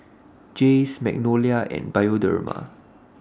Jays Magnolia and Bioderma